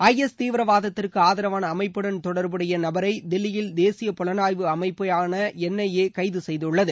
IS தீவிரவாதத்திற்கு ஆதரவான அமைப்புடன் தொடர்புடைய நபரை தில்லியில் தேசிய புலனாய்வு அமைப்பு என்ஐஏ கைது செய்துள்ளது